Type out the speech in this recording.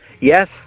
Yes